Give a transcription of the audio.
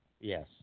Yes